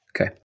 Okay